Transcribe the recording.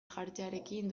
jartzearekin